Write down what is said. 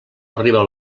arriba